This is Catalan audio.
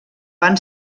van